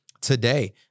today